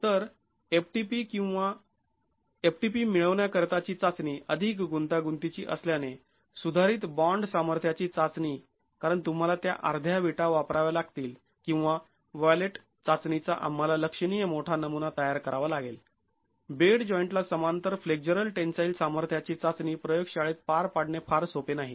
तर ftp किंवा ftp मिळवण्या करिताची चाचणी अधिक गुंतागुंतीची असल्याने सुधारित बॉंड सामर्थ्याची चाचणी कारण तुम्हाला त्या अर्ध्या विटा वापराव्या लागतील किंवा वॉलेट चाचणीचा आम्हाला लक्षणीय मोठा नमुना तयार करावा लागेल बेड जॉईंटला समांतर फ्लेक्झरल टेन्साईल सामर्थ्याची चाचणी प्रयोगशाळेत पार पाडणे फार सोपे नाही